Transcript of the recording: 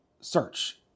search